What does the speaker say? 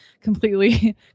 completely